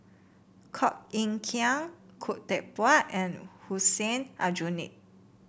Koh Eng Kian Khoo Teck Puat and Hussein Aljunied